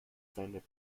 seine